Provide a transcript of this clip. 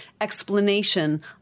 explanation